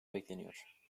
bekleniyor